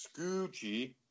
Scoochie